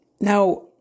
Now